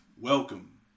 Welcome